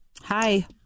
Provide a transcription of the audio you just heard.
Hi